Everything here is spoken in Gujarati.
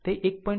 આમ તે 1